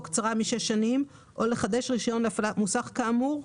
קצרה משש שנים או לחדש רישיון להפעלת מוסך כאמור,